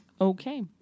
Okay